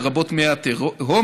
לרבות מי התהום.